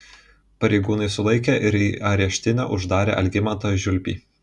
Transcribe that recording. pareigūnai sulaikė ir į areštinę uždarė algimantą žiulpį